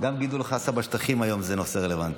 גם גידול החסה בשטחים היום הוא נושא רלוונטי.